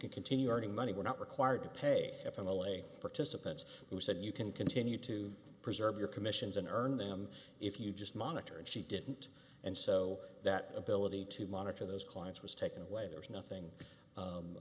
can continue earning money we're not required to pay a fine to lay participants who said you can continue to preserve your commissions and earn them if you just monitor and she didn't and so that ability to monitor those clients was taken away there was nothing